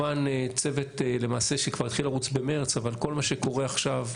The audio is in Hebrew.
צוות שכבר למעשה התחיל לרוץ במרס אבל כל מה שקורה עכשיו,